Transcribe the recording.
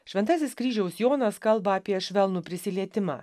šventasis kryžiaus jonas kalba apie švelnų prisilietimą